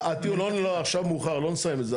מה, הטיעון, עכשיו מאוחר, לא נסיים את זה.